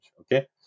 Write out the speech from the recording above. okay